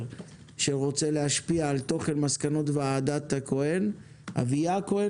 שרוצה להשפיע על תוכן מסקנות ועדת עו"ד אביעד הכהן